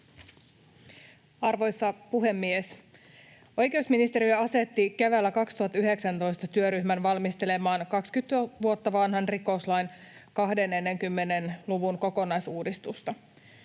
Content: Puhemies! Oikeusministeriö asetti keväällä 2019 työryhmän valmistelemaan 20 vuotta vanhan rikoslain 20 luvun kokonaisuudistusta.